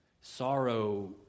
Sorrow